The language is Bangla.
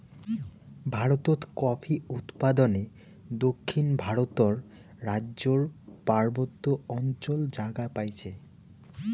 ভারতত কফি উৎপাদনে দক্ষিণ ভারতর রাইজ্যর পার্বত্য অঞ্চলত জাগা পাইছে